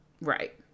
Right